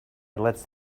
lets